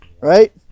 Right